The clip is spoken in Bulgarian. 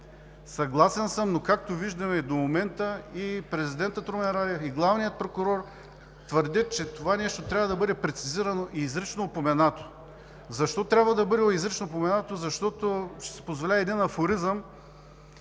Съгласен съм, но както виждаме до момента, и президентът Румен Радев, и главният прокурор твърдят, че това нещо трябва да бъде прецизирано и изрично упоменато. Защо трябва да бъде изрично упоменато? Ще си позволя един афоризъм: